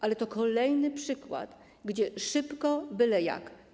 Ale to kolejny przykład, gdzie szybko, byle jak.